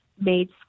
made